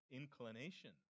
inclination